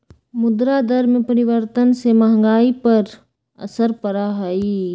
मुद्रा दर में परिवर्तन से महंगाई पर असर पड़ा हई